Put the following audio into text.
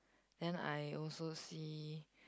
then I also see